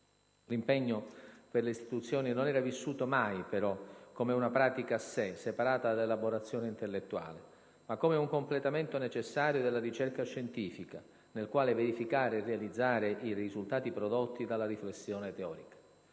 L'impegno per le istituzioni non era vissuto mai, però, come una pratica a sé, separata dall'elaborazione intellettuale, ma come un completamento necessario della ricerca scientifica, nel quale verificare e realizzare i risultati prodotti della riflessione teorica.